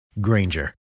Granger